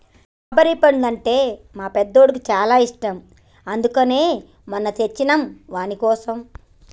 strawberry పండ్లు అంటే మా పెద్దోడికి చాలా ఇష్టం అందుకనే మొన్న తెచ్చినం వానికోసం